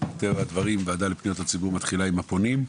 מטבע הדברים הועדה לפניות הציבור מתחילה עם הפונים.